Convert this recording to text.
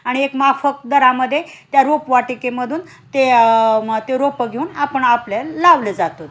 आणि एक माफक दरामध्ये त्या रोपवाटिकेमधून ते मग ते रोपं घेऊन आपण आपल्या लावले जातात